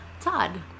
todd